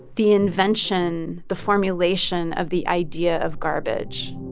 the invention, the formulation, of the idea of garbage